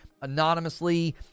anonymously